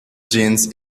jeans